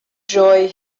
joy